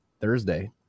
Thursday